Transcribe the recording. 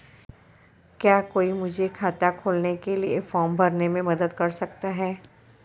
क्या कोई मुझे खाता खोलने के लिए फॉर्म भरने में मदद कर सकता है?